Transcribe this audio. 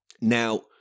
Now